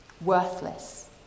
worthless